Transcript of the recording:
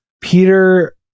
Peter